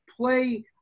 play